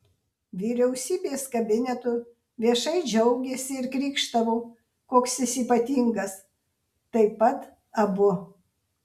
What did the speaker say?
vyriausybės kabinetu viešai džiaugėsi ir krykštavo koks jis ypatingas taip pat abu